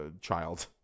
child